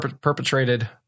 perpetrated